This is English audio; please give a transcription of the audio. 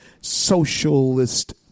socialist